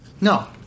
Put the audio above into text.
No